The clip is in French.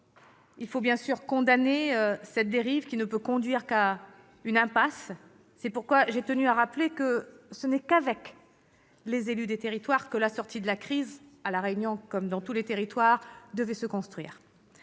Il faut bien sûr condamner cette dérive, qui ne peut conduire qu'à une impasse. C'est pourquoi j'ai tenu à le rappeler : ce n'est qu'avec les élus des territoires que la sortie de crise, à La Réunion comme partout ailleurs, doit se construire.